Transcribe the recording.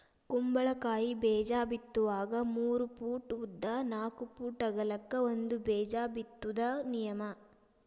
ಕುಂಬಳಕಾಯಿ ಬೇಜಾ ಬಿತ್ತುವಾಗ ಮೂರ ಪೂಟ್ ಉದ್ದ ನಾಕ್ ಪೂಟ್ ಅಗಲಕ್ಕ ಒಂದ ಬೇಜಾ ಬಿತ್ತುದ ನಿಯಮ